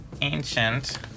ancient